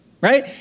right